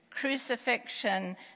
crucifixion